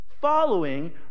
following